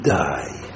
die